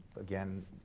again